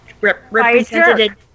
represented